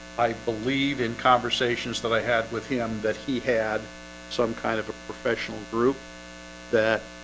i believe in conversations that i had with him that he had some kind of a professional group that